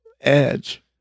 edge